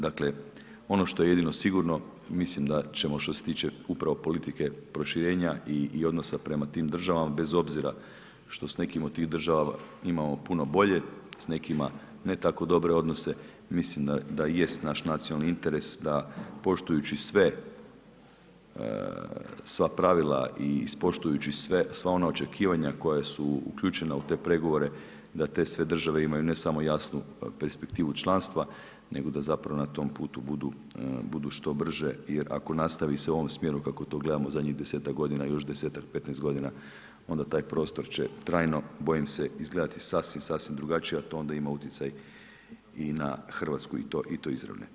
Dakle ono što je jedini sigurno, mislim da ćemo što se tiče upravo politike proširenja i odnosa prema tim državama bez obzira što s nekim od tih država imamo puno bolje, s nekima ne tako dobre odnose, mislim da i jest naš nacionalni interes da poštujući sva pravila i poštujući sva ona očekivanja koje su uključene u te pregovore da te sve države imaju ne samo jasnu perspektivu i članstva, nego da zapravo na tom putu budu što brže jer ako nastavi se u ovom smjeru kako to gledamo zadnjih 10-tak godina još 10-tak, 15 godina onda taj prostor će trajno bojim se izgledati sasvim, sasvim drugačije, a to onda ima utjecaj i na Hrvatsku i to izravni.